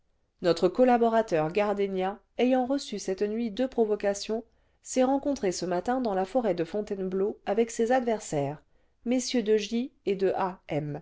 notre collaborateur gardénia ayant reçu cette nuit deux provoca tions s'est rencontré ce matin dans la forêt de fontainebleau avec ses adversaires mm de j et a